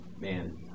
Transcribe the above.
man